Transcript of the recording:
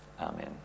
amen